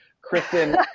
Kristen